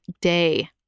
day